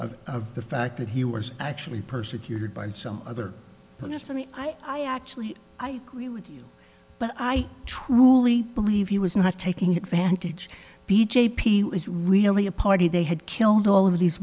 p of the fact that he was actually persecuted by some other person i actually i agree with you but i truly believe he was not taking advantage b j p was really a party they had killed all of these